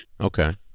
Okay